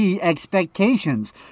Expectations